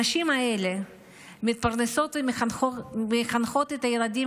הנשים האלה מתפרנסות ומחנכות את הילדים